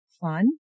fun